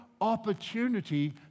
opportunity